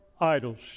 idols